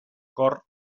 cor